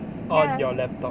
on your laptop